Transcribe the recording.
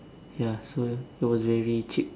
ya so it was very cheap